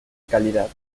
calidad